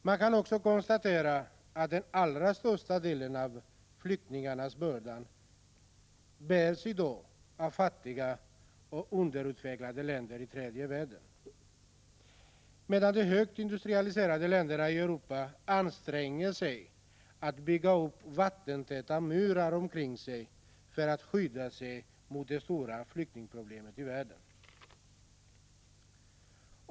Man kan också konstatera att den allra största delen av flyktingbördan i dag bärs av fattiga och underutvecklade länder i tredje världen, medan de högt industrialiserade länderna i Europa anstränger sig för att bygga upp vattentäta murar omkring sig för att skydda sig mot det stora flyktingproblemet i världen.